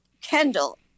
Kendall